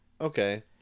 Okay